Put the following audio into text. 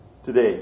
Today